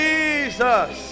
Jesus